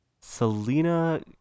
Selena